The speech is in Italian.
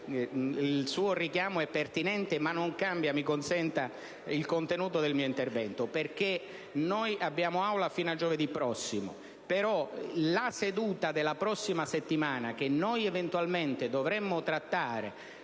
il suo richiamo è pertinente, ma non cambia, mi consenta, il contenuto del mio intervento, perché noi abbiamo sì sedute di Aula fino a giovedì prossimo, ma la seduta della prossima settimana che noi, eventualmente, dovremmo dedicare